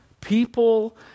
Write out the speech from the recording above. People